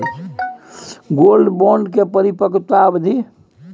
Gold bond के परिपक्वता अवधि?